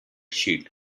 shield